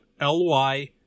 ly